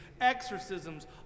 exorcisms